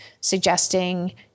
suggesting